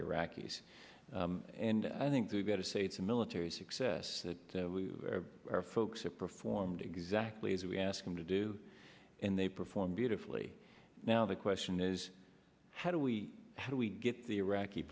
the iraqis and i think we've got to say to military success that our folks have performed exactly as we asked them to do and they performed beautifully now the question is how do we how do we get the iraqi